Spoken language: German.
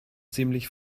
ziemlich